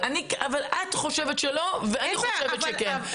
אבל את חושבת שלא ואני חושבת שכן,